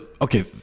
okay